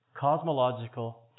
Cosmological